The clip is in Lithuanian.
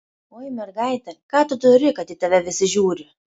oi mergaite ką tu turi kad į tave visi žiūri